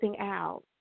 out